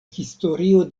historio